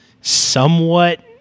somewhat